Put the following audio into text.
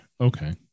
okay